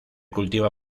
cultiva